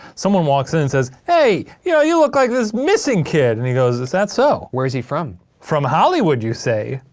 someone walks in and says, hey, yeah you look like this missing kid. and he goes, is that so? where is he from? from hollywood you say?